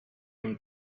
him